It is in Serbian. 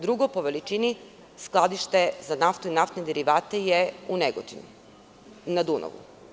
Drugo po veličini skladište za naftu i naftne derivate je u Negotinu na Dunavu.